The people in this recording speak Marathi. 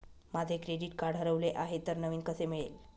माझे क्रेडिट कार्ड हरवले आहे तर नवीन कसे मिळेल?